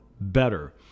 better